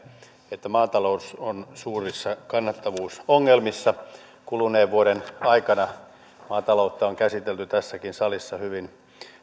että maatalous on suurissa kannattavuusongelmissa kuluneen vuoden aikana maataloutta on käsitelty tässäkin salissa hyvin